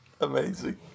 Amazing